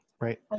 Right